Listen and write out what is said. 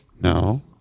No